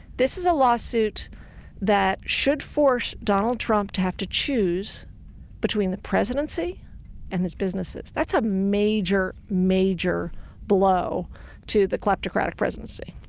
this is a lawsuit that should force donald trump to have to choose between the presidency and his businesses. that's a major, major blow to the kleptocratic presidency.